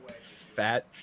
fat